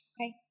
Okay